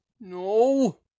No